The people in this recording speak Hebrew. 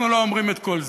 אנחנו לא אומרים את כל זה.